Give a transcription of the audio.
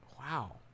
Wow